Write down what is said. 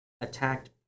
attacked